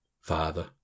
Father